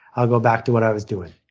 i'll go back to what i was doing.